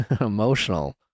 emotional